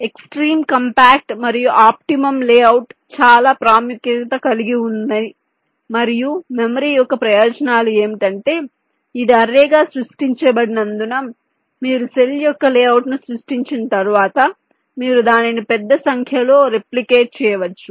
కాబట్టి extreme compact మరియు optimum layout చాలా ప్రాముఖ్యత కలిగి ఉంది మరియు మెమరీ యొక్క ప్రయోజనాలు ఏమిటంటే ఇది అర్రేగా సృష్టించబడినందున మీరు సెల్ యొక్క లేఅవుట్ను సృష్టించిన తర్వాత మీరు దానిని పెద్ద సంఖ్యలో రెప్లికేట్ చేయవచ్చు